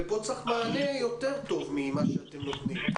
ופה צריך מענה יותר טוב ממה שאתם נותנים.